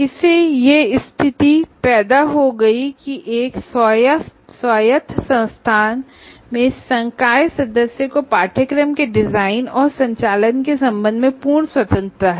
इससे यह स्थिति पैदा हो गई कि एक स्वायत्त संस्थान में फैकल्टी मेंबर्स को कोर्स डिजाइन और संचालन के संबंध में पूर्ण स्वतंत्रता है